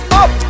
up